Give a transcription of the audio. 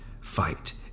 fight